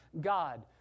god